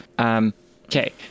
Okay